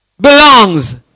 Belongs